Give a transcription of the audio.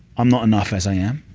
i'm not enough as i am.